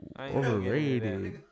Overrated